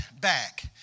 back